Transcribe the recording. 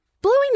blowing